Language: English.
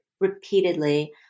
repeatedly